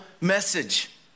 message